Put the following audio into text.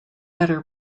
better